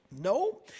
No